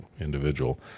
individual